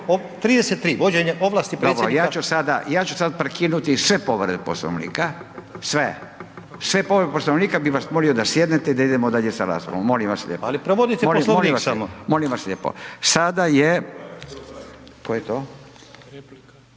33., vođenje, ovlasti predsjednika./... Dobro, ja ću sada, ja ću sad prekinuti sve povrede Poslovnika, sve, sve povrede Poslovnika bi vas molio da sjednete i da idemo dalje sa raspravom, molim vas lijepo. .../Upadica Stazić: Ali provodite Poslovnik./... Molim vas lijepo. Sada je, tko je to? Replika,